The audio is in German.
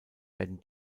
werden